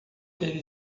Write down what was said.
ele